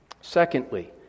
secondly